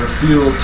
feel